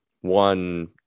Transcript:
one